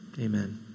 Amen